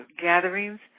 gatherings